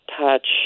touch